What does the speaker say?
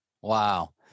Wow